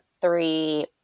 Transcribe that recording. three